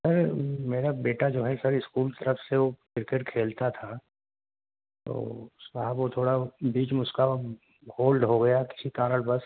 سر میرا بیٹا جو ہے سر اسکول کی طرف سے وہ کرکٹ کھیلتا تھا تو صاحب وہ تھوڑا بیچ میں اس کا ہولڈ ہو گیا کسی کارن بس